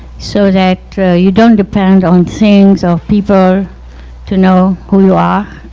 so that you don't depend on things or people to know who you are.